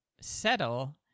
Settle